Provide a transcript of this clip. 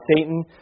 Satan